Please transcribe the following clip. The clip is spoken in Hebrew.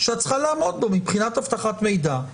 שאת צריכה לעמוד בו מבחינת אבטחת מידע,